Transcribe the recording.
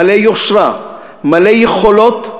מלא יושרה, מלא יכולות,